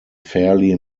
fairly